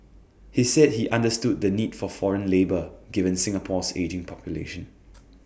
he said he understood the need for foreign labour given Singapore's ageing population